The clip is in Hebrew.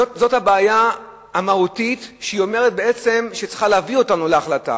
זאת הבעיה המהותית, שצריכה להביא אותנו להחלטה